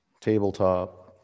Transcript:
Tabletop